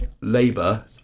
Labour